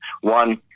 one